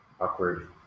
Awkward